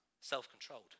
self-controlled